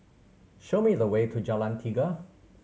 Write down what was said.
show me the way to Jalan Tiga